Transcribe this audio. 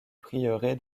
prieuré